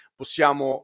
possiamo